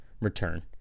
return